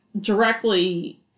directly